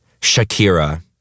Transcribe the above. Shakira